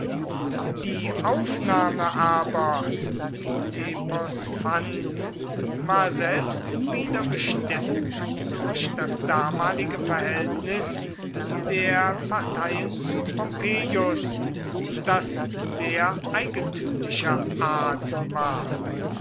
die aufnahme aber die nepos fand war selbst wieder bestimmt durch das damalige verhältnis der parteien zu pompeius das sehr eigentümlicher art war